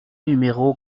numéro